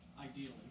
ideally